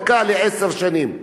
תקע לי עשר שנים.